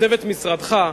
ולצוות משרדך,